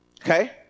Okay